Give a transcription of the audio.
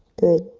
good,